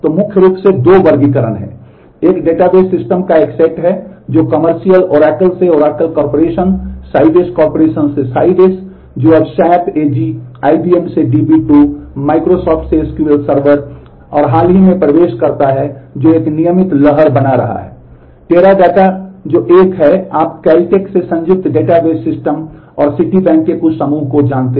तो मुख्य रूप से 2 वर्गीकरण हैं एक डेटाबेस सिस्टम का एक सेट है जो कमर्शियल के कुछ समूह को जानते हैं